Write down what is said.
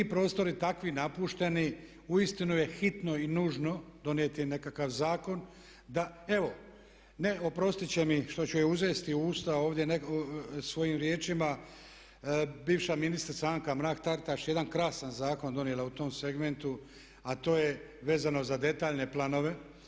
Ti prostori takvi napušteni uistinu je hitno i nužno donijeti nekakav zakon da, evo oprostit će mi što ću je uzeti u usta ovdje svojim riječima bivša ministrica Anka Mrak-Taritaš jedan krasan zakon donijela u tom segmentu a to je vezano za detaljne planove.